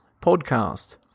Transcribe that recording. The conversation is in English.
Podcast